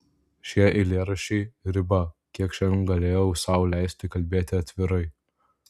šie eilėraščiai riba kiek šiandien galėjau sau leisti kalbėti atvirai